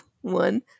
one